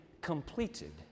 completed